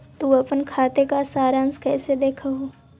तु अपन खाते का सारांश कैइसे देखअ हू